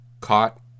caught